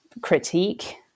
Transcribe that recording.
critique